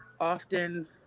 often